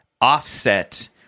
offset